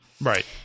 Right